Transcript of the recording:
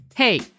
Hey